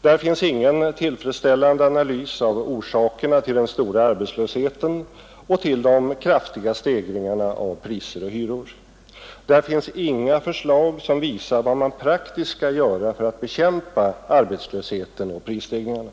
Där finns ingen tillfredsställande analys av orsakerna till den stora arbetslösheten och till de kraftiga stegringarna av priser och hyror. Där finns inga förslag som visar vad man praktiskt skall göra för att bekämpa arbetslösheten och prisstegringarna.